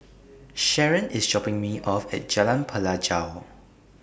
Sharen IS dropping Me off At Jalan Pelajau